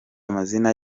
amazina